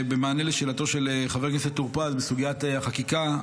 במענה על שאלתו של חבר כנסת טור פז בסוגיית החקיקה,